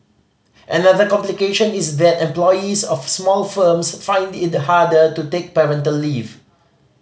another complication is that employees of small firms find it harder to take parental leave